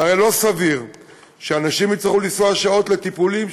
זה הרי לא סביר שאנשים יצטרכו לנסוע שעות לטיפולים,